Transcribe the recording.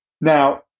Now